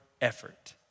effort